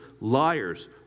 Liars